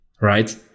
right